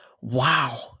wow